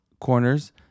corners